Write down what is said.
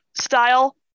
style